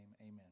Amen